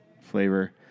flavor